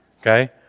Okay